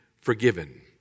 forgiven